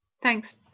Thanks